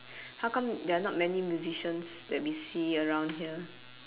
how come there are not many musicians that we see around here